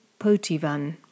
Potivan